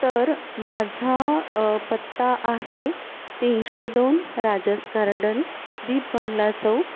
तर माझा पत्ता आहे तीनशे दोन राजस गार्डन दीप बंगला चौक